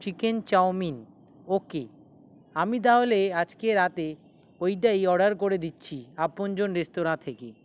chicken chowmein okay আমি তাহলে আজকে রাতে ওইটাই অর্ডার করে দিচ্ছি আপনজন রেস্তরাঁ থেকে